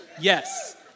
Yes